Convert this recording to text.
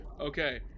Okay